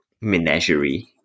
menagerie